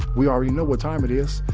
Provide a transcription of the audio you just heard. we already know what time it is.